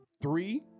Three